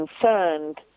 concerned